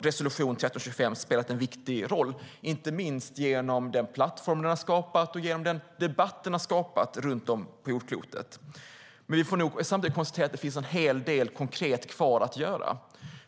Resolution 1325 har spelat en viktig roll i arbetet, inte minst genom den plattform och den debatt den har skapat runt om på jordklotet. Samtidigt får vi konstatera att det finns en hel del konkret kvar att göra.